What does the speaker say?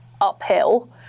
uphill